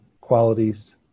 qualities